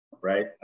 right